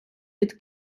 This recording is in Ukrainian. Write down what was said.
від